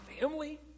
family